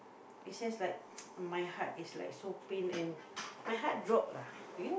it's just like my heart is like so pain and my heart dropped lah